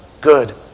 good